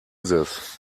this